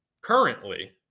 Currently